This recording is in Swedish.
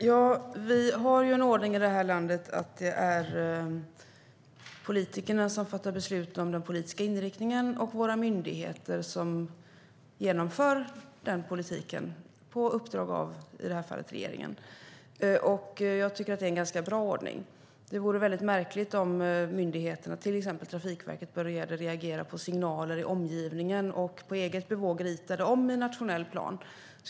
Herr talman! Det råder en ordning i det här landet att det är politikerna som fattar beslut om den politiska inriktningen och våra myndigheter som genomför politiken på uppdrag av, i det här fallet, regeringen. Det är en bra ordning. Det vore märkligt om myndigheterna, till exempel Trafikverket, började reagera på signaler i omgivningen och på eget bevåg ritade om i nationell plan.